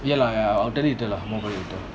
ya lah ya I'll tell you later lah more about it later